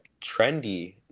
trendy